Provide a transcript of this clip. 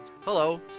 Hello